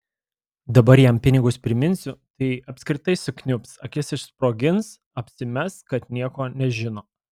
dabar jam pinigus priminsiu tai apskritai sukniubs akis išsprogins apsimes kad nieko nežino